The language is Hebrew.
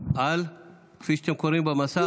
כפי שאתם קוראים במסך,